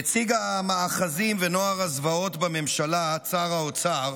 נציג המאחזים ונוער הזוועות בממשלה, צאר האוצר,